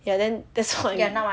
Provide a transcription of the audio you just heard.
ya then that's why